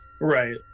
Right